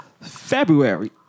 February